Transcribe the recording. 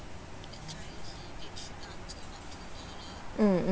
mm mm